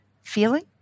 feeling